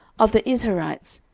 of the izharites,